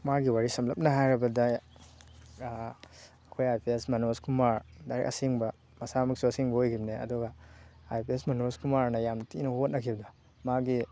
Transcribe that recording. ꯃꯥꯒꯤ ꯋꯥꯔꯤ ꯁꯝꯂꯞꯅ ꯍꯥꯏꯔꯕꯗ ꯑꯩꯈꯣꯏ I P S Manoj Kumar direct ꯑꯁꯦꯡꯕ ꯃꯁꯥꯃꯛꯁꯨ ꯑꯁꯦꯡꯕ ꯑꯣꯏꯒꯤꯕꯅꯦ ꯑꯗꯨꯒ ꯑꯥꯏ ꯄꯤ ꯑꯦꯁ ꯃꯅꯣꯖ ꯀꯨꯃꯥꯔꯅ ꯌꯥꯝ ꯊꯤꯅ ꯍꯣꯠꯅꯈꯤꯕꯗꯣ ꯃꯥꯒꯤ